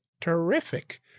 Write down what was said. terrific